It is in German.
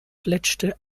fletschte